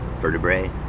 vertebrae